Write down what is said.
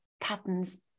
patterns